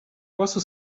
posso